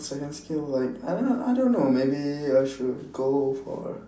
second skill like I don't know I don't know maybe I should go for